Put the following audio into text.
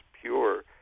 pure